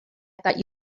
thought